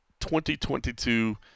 2022